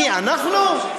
מי, אנחנו?